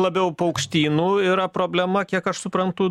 labiau paukštynų yra problema kiek aš suprantu